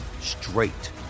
straight